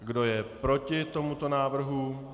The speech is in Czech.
Kdo je proti tomuto návrhu?